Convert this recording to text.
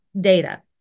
data